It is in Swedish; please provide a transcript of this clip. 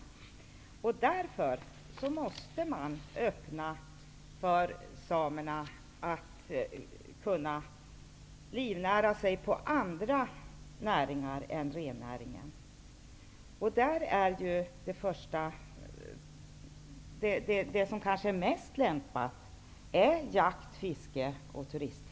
Man måste därför öppna möjligheten för samerna att livnära sig på andra näringar än rennäringen. De näringar som kanske är mest lämpade är jakt, fiske och turism.